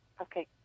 Okay